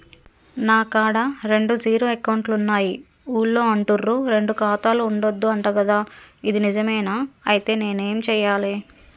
నా కాడా రెండు జీరో అకౌంట్లున్నాయి ఊళ్ళో అంటుర్రు రెండు ఖాతాలు ఉండద్దు అంట గదా ఇది నిజమేనా? ఐతే నేనేం చేయాలే?